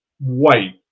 white